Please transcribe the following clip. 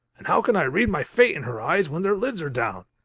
and how can i read my fate in her eyes, when their lids are down.